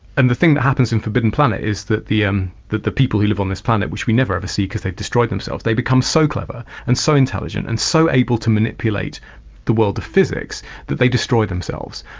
and the thing that happens in forbidden planet is that the um that the people who live on this planet which we never ever see because they destroyed themselves, they become so clever and so intelligent and so able to manipulate the world of physics that they destroy themselves,